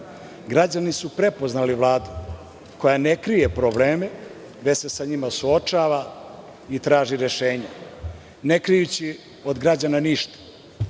Građani su prepoznali Vladu koja ne krije probleme, već se sa njima suočava i traži rešenje, ne krijući od građana ništa,